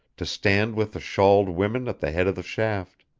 to stand with the shawled women at the head of the shaft.